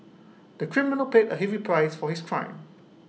the criminal paid A heavy price for his crime